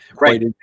right